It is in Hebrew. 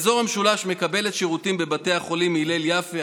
אזור המשולש מקבל שירותים בבתי החולים הלל יפה,